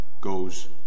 goes